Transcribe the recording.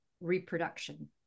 reproduction